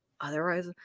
otherwise